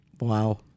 Wow